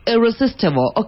Irresistible